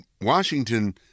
Washington